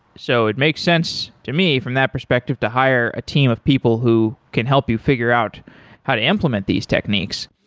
so it makes sense to me from that perspective to hire a team of people who can help you figure out how to implement these techniques.